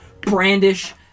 brandish